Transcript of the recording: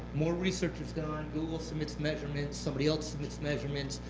more research, and and google submits measurements, somebody else submits measurements,